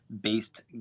based